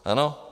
Ano.